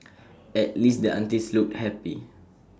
at least the aunties looked happy